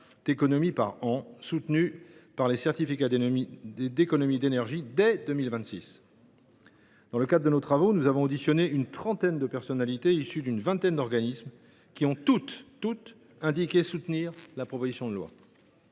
d’économies par an, soutenues par les certificats d’économies d’énergie, dès 2026. Dans le cadre de nos travaux, nous avons auditionné une trentaine de personnalités, issues d’une vingtaine d’organismes, qui ont toutes indiqué soutenir la proposition de loi.